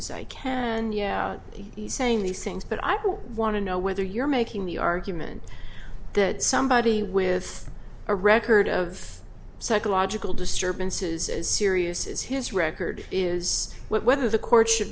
as i can yeah he's saying these things but i want to know whether you're making the argument that somebody with a record of psychological disturbances as serious as his record is whether the court sh